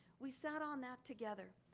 we sat on that together.